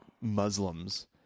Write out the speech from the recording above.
muslims